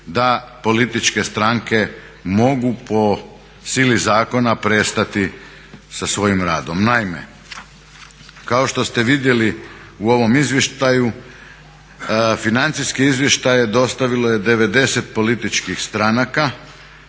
da političke stranke mogu po sili zakona prestati sa svojim radom. Naime, kao što ste vidjeli u ovom izvještaju financijski izvještaj je dostavilo 90 političkih stranaka,